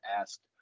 asked